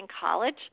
college